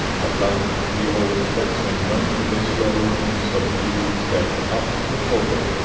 at last the old sexton went with a slow and subdued step up to the pulpit,